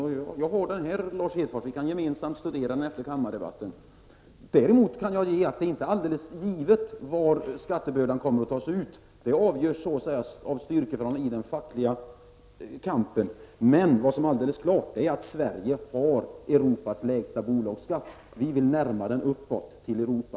Jag har rapporten här i min hand, Lars Hedfors, och vi kan gemensamt studera den efter kammardebatten. Däremot är det inte givet var skattebördan kommer att tas ut. Det avgörs av styrkeförhållandena i den fackliga kampen. Men det är alldeles klart att Sverige har Europas lägsta bolagsskatt. Vi vill höja den så att den närmar sig nivån i det övriga Europa.